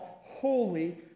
holy